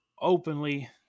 openly